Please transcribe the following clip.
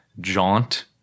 Jaunt